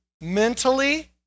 mentally